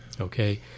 Okay